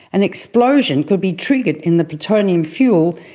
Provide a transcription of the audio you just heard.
an explosion could be triggered in the plutonium fuel,